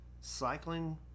Cycling